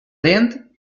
dent